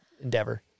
endeavor